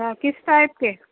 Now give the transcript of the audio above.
کس ٹائپ کے